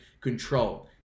control